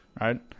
right